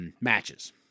matches